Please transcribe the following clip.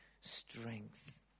strength